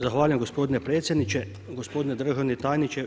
Zahvaljujem gospodine predsjedniče, gospodine državni tajniče.